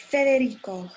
Federico